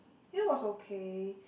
it was okay